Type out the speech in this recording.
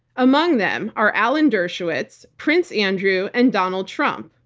among them are alan dershowitz, prince andrew and donald trump.